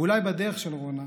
ואולי בדרך של רונה,